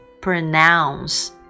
pronounce